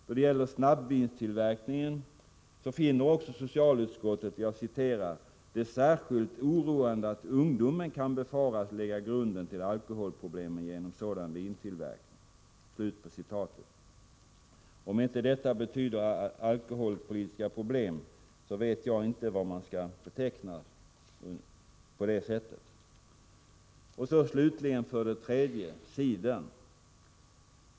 Då det gäller snabbvinstillverkningen finner socialutskottet ”det särskilt oroande att ungdomen kan befaras lägga grunden till alkoholproblem genom sådan vintillverkning”. Betyder detta inte alkoholpolitiska problem, vet jag inte vad som skall betecknas så. Och så slutligen cidern.